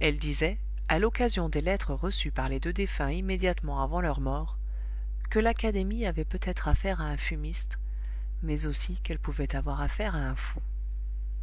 elle disait à l'occasion des lettres reçues par les deux défunts immédiatement avant leur mort que l'académie avait peut-être affaire à un fumiste mais aussi qu'elle pouvait avoir affaire à un fou